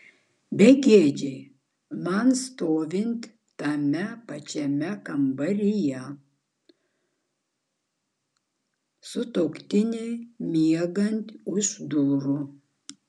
begėdžiai man stovint tame pačiame kambaryje sutuoktiniui miegant už durų